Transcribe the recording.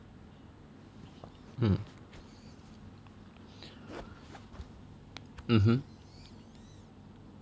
mm mmhmm